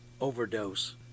overdose